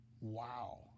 Wow